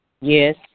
Yes